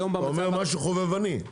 אומר משהו חובבני.